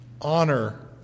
honor